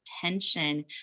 tension